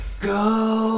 Go